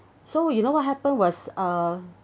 so you know what happened was uh